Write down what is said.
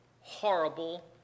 horrible